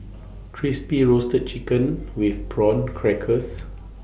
Crispy Roasted Chicken with Prawn Crackers